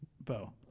Bo